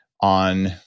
on